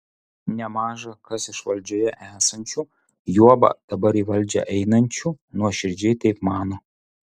nemaža kas iš valdžioje esančių juoba dabar į valdžią einančių nuoširdžiai taip mano